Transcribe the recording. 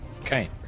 okay